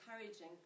encouraging